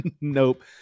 Nope